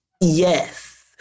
Yes